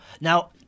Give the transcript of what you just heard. now